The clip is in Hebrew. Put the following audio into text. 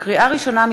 לקריאה ראשונה,